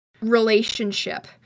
relationship